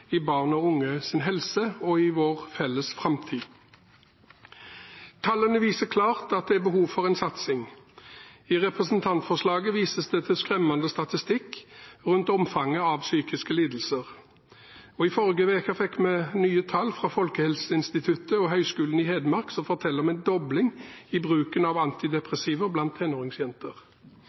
i barn og unges helse og i vår felles framtid. Tallene viser klart at det er behov for en satsing. I representantforslaget vises det til skremmende statistikk rundt omfanget av psykiske lidelser. I forrige uke fikk vi nye tall fra Folkehelseinstituttet og Høgskolen i Hedmark, som forteller om en dobling i bruken av antidepressiva blant